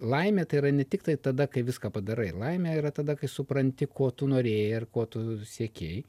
laimė tai yra ne tiktai tada kai viską padarai laimė yra tada kai supranti ko tu norėjai ar ko tu siekei